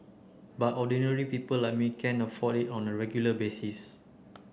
but ordinary people like me can't afford it on a regular basis